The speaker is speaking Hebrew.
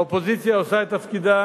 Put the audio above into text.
האופוזיציה עושה את תפקידה